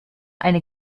eine